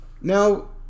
now